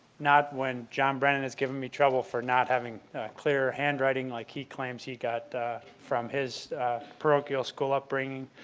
not when john brennan is giving me trouble for not having clearer handwriting like he claims he got from his parochial school upbringing.